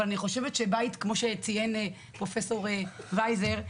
אבל אני חושבת שבית כמו שציין פרופ' וייזר,